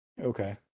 Okay